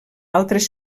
altres